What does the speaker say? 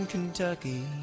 Kentucky